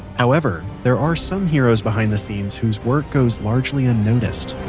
however, there are some heroes behind the scenes whose work goes largely unnoticed